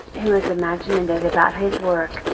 who is imaginative about his work,